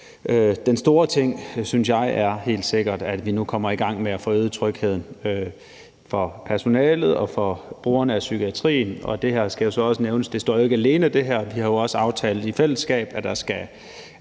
den store ting, synes jeg, helt sikkert er, at vi nu kommer i gang med at få øget trygheden for personalet og for brugerne af psykiatrien. Det skal også nævnes, at det her ikke står alene. Vi har jo også aftalt i fællesskab, at der skal